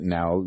now